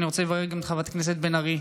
אני רוצה לברך גם את חברת הכנסת בן ארי,